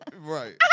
right